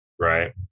Right